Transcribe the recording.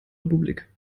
republik